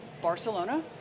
Barcelona